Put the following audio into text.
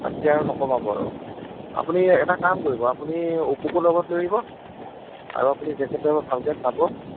তাতকৈ আৰু নকমাব আৰু আপুনি এটা কাম কৰিব আপুনি অপুকো লগত লৈ আহিব আৰু আপুনি জেকেটটো এবাৰ ভালকৈ চাব